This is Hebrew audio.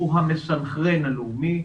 הוא המסנכרן הלאומי,